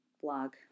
blog